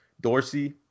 Dorsey